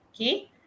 Okay